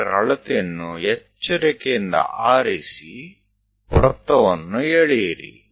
me ಅಳತೆಯನ್ನು ಎಚ್ಚರಿಕೆಯಿಂದ ಆರಿಸಿ ವೃತ್ತವನ್ನು ಎಳೆಯಿರಿ